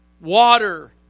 water